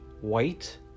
white